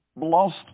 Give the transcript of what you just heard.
lost